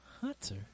Hunter